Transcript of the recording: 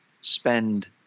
spend